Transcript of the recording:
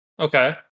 Okay